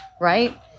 right